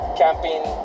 camping